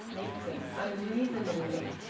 meekly, unreasoningly,